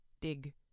Dig